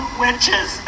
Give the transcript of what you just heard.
witches